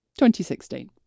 2016